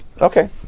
Okay